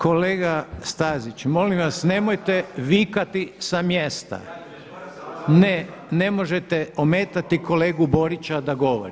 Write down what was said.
Kolega Stazić molim vas nemojte vikati sa mjesta. … [[Upadica se ne čuje.]] Ne, ne možete ometati kolegu Borića da govori.